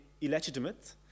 illegitimate